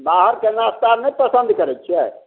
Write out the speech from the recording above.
बाहर कऽ नास्ता नहि पसन्द करैत छियै